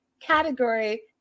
category